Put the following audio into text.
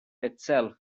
itself